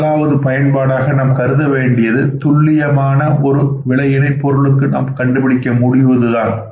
முதலாவது பயன்பாடாக நாம் கருத வேண்டியது துல்லியமான ஒரு விலையினை பொருளுக்கு நாம் கண்டுபிடிக்க முடிவதுதான்